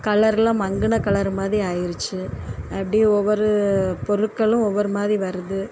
கலரெல்லாம் மங்கின கலர் மாதிரி ஆகிடுச்சி அப்படி ஒவ்வொரு பொருட்களும் ஒவ்வொரு மாதிரி வருது